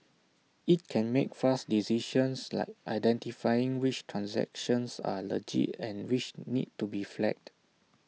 IT can make fast decisions like identifying which transactions are legit and which need to be flagged